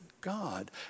God